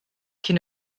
cyn